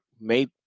made